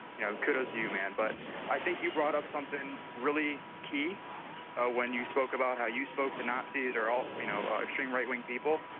you know kudos do you man but i think you brought up something really key ah when you spoke about how you spoke to nazis or all you know extreme right-wing people.